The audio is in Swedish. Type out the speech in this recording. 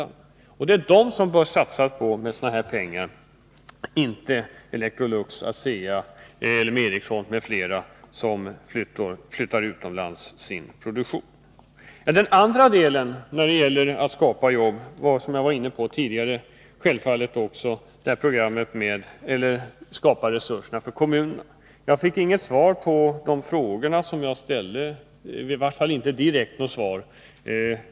Det är dem som man bör satsa sådana här medel på, inte Electrolux, ASEA, LM Ericsson m.fl. som flyttar sin produktion utomlands. En annan sak som jag vill ta upp när det gäller att skapa arbeten — det var jag inne på tidigare — är programmet med att skapa resurser för kommunerna. Jag fick inget svar på den fråga jag ställde —i vart fall inte något direkt svar.